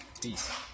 Peace